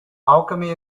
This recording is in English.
alchemy